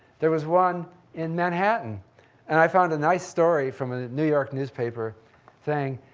there was one in manhattan and i found a nice story from a new york newspaper saying,